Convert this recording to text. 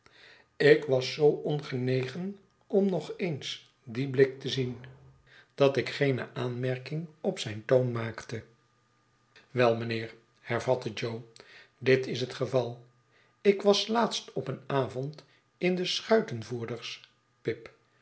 ik was zoo ongenegen om nog eens dien blik te zien dat ik geene aanmerking op zijn toon maakte wei mijnheer hervatte jo dit is het geval ik was laatst op een avond in de schuitenvoerders pip